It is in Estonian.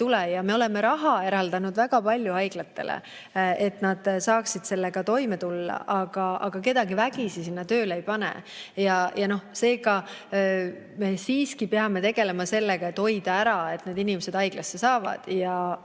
tule. Me oleme raha eraldanud väga palju haiglatele, et nad saaksid sellega toime tulla, aga kedagi vägisi sinna tööle ei pane. Seega me peame tegelema sellega, et hoida ära, et need inimesed haiglasse satuvad.